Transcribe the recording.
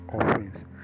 offerings